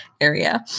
area